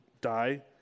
die